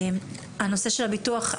הנושא של הביטוח,